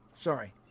Sorry